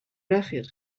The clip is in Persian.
رفیق